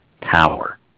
power